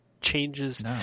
changes